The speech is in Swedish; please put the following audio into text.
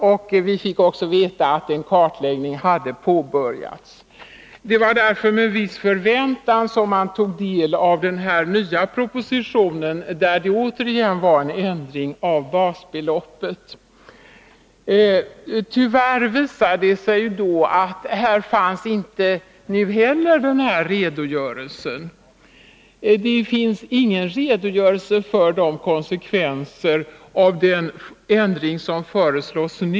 Och vi fick också veta att en kartläggning hade påbörjats. Det var därför med viss förväntan som man tog del av den nya propositionen, där basbeloppet återigen ändrats. Tyvärr visade det sig att inte heller här fanns det någon redogörelse. Det finns ingen redogörelse när det gäller konsekvenserna av den ändring som nu föreslås.